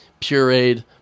pureed